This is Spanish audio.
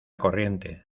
corriente